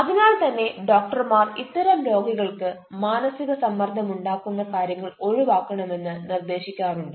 അതിനാൽ തന്നെ ഡോക്റ്റർമാർ ഇത്തരം രോഗികൾക്ക് മാനസിക സമ്മർദ്ദം ഉണ്ടാകുന്ന കാര്യങ്ങൾ ഒഴിവാക്കണം എന്ന് നിർദേശിക്കാറുണ്ട്